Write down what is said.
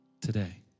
today